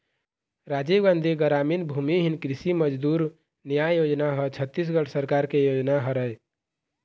राजीव गांधी गरामीन भूमिहीन कृषि मजदूर न्याय योजना ह छत्तीसगढ़ सरकार के योजना हरय